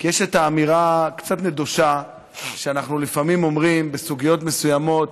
כי יש את האמירה הקצת נדושה שאנחנו לפעמים אומרים בסוגיות מסוימות: